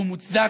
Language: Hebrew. הוא מוצדק,